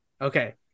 Okay